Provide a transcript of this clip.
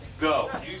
Go